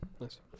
nice